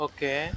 Okay